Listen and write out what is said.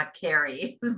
carry